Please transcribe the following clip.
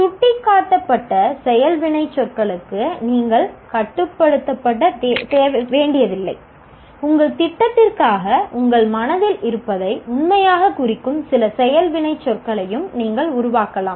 சுட்டிக்காட்டப்பட்ட செயல் வினைச்சொற்களுக்கு நீங்கள் கட்டுப்படுத்தப்பட வேண்டியதில்லை உங்கள் திட்டத்திற்காக உங்கள் மனதில் இருப்பதை உண்மையாகக் குறிக்கும் சில செயல் வினைச்சொற்களையும் நீங்கள் உருவாக்கலாம்